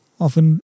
often